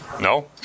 No